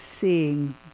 seeing